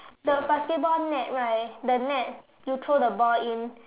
the basketball net right the net you throw the ball in